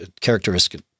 characteristic